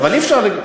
אבל אי-אפשר,